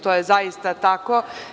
To je zaista tako.